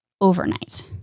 overnight